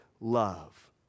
love